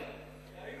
ראינו